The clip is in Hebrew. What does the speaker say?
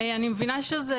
אני מבינה שזה